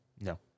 No